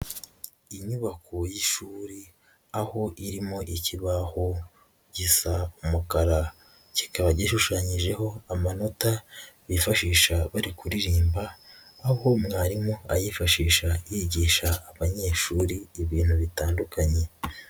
Inyubako y'ishuri aho irimo ikibaho gisa umukara, kikaba gishushanyijeho amanota bifashisha bari kuririmba, aho mwarimu ayifashisha yigisha abanyeshuri ibintu bitandukanye.